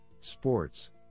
sports